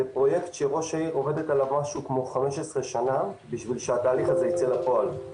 זה פרויקט שראשת העיר עובדת עליו כ-15 שנה בשביל שהתהליך הזה יצא לפועל.